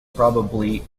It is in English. probably